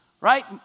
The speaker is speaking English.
right